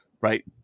right